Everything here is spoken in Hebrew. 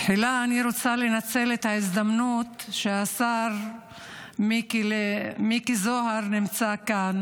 תחילה אני רוצה לנצל את ההזדמנות שהשר מיקי זוהר נמצא כאן.